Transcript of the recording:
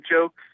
jokes